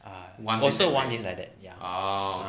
also want it like that ya